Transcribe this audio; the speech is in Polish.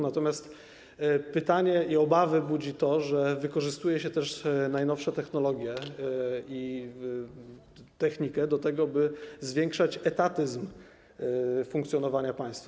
Natomiast pytanie i obawy budzi to, że wykorzystuje się też najnowsze technologie i technikę do tego, by zwiększać etatyzm funkcjonowania państwa.